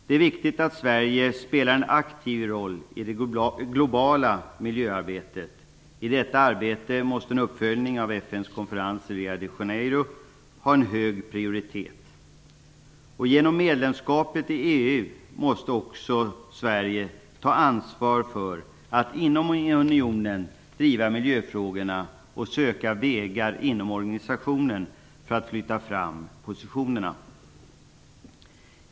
Det är viktigt att Sverige spelar en aktiv roll i det globala miljöarbetet. I detta arbete måste en uppföljning av FN-konferensen i Rio de Janeiro ha en hög prioritet. Genom medlemskapet i EU måste också Sverige ta ansvar för att inom unionen driva frågorna och söka vägar för att inom organisationen flytta fram positionerna.